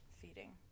feeding